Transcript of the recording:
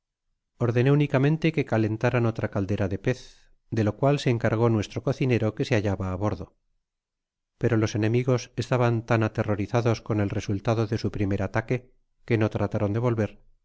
ordené únicamente que calentaran otra caldera de pez de lo cual se encargó nuestro cocinero que se hallaba á bordo pero los enemigos estaban tan aterrorizados con el resultado de su primer ataque que no trataron de volver y